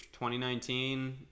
2019